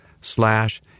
slash